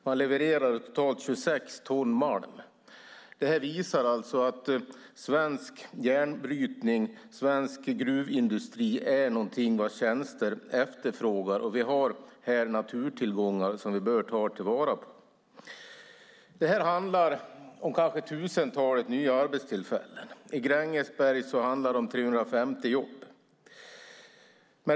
Man levererade totalt 26 ton malm. Detta visar att svensk järnbrytning och svensk gruvindustri är någonting vars tjänster efterfrågas och att vi här har naturtillgångar vi bör ta vara på. Detta handlar om kanske tusentalet nya arbetstillfällen. I Grängesberg handlar det om 350 jobb.